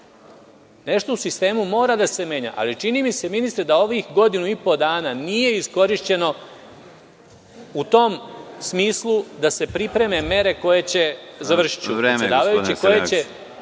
Nešto u sistemu mora da se menja, ali čini mi se ministre da ovih godinu i po dana nije iskorišćeno u tom smislu da se pripreme mere koje će učiniti